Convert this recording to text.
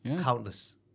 countless